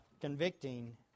convicting